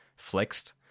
flexed